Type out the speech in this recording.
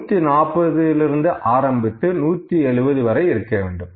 140 லிருந்து ஆரம்பித்து 170 வரை இருக்க வேண்டும்